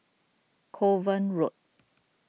Kovan Road